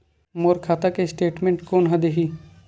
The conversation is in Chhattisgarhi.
मोर खाता के स्टेटमेंट कोन ह देही?